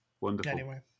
Wonderful